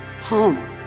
home